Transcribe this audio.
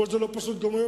כמו שזה לא פשוט היום,